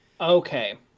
okay